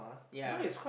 ya